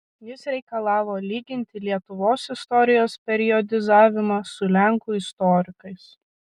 jis reikalavo lyginti lietuvos istorijos periodizavimą su lenkų istorikais